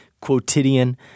quotidian